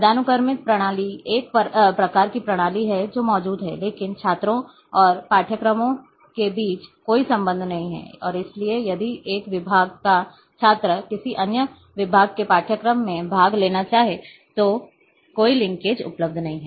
पदानुक्रमित प्रणाली एक प्रकार की प्रणाली है जो मौजूद है लेकिन छात्रों और पाठ्यक्रमों के बीच कोई संबंध नहीं है और इसलिए यदि एक विभाग का छात्र किसी अन्य विभाग के पाठ्यक्रम में भाग लेना चाहेगा तो कोई लिंकेज उपलब्ध नहीं है